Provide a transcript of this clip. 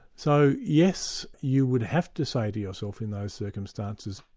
so yes, you would have to say to yourself in those circumstances,